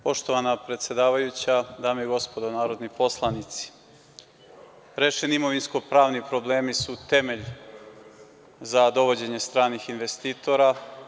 Poštovana predsedavajuća, dame i gospodo narodni poslanici, rešeno imovinsko-pravni problemi su temelj za dovođenje stranih investitora.